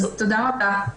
תודה רבה.